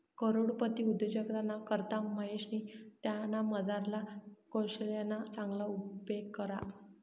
करोडपती उद्योजकताना करता महेशनी त्यानामझारला कोशल्यना चांगला उपेग करा